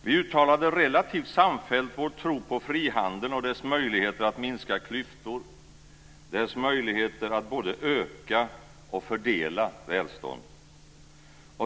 Vi uttalade relativt samfällt vår tro på frihandeln och dess möjligheter att minska klyftor - dess möjligheter att både öka och fördela välstånd.